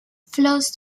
flows